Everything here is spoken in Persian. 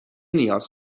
نیاز